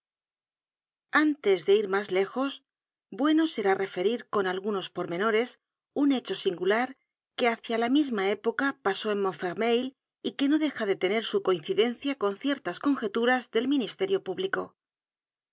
antes de ir mas lejos bueno será referir con algunos pormenores un hecho singular que hácia la misma época pasó en montfermeil y que no deja de tener su coincidencia con ciertas conjeturas del ministerio público